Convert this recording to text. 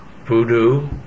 voodoo